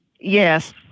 Yes